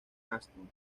aston